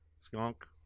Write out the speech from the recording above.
Skunk